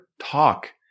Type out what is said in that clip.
talk